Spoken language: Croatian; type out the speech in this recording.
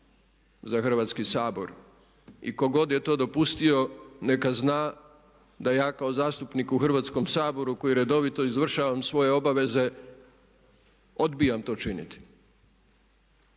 za hrvatski sabor. I tko god je to dopustio neka zna da ja kao zastupnik u Hrvatskom saboru koji redovito izvršavam svoje obaveze odbijam to činiti.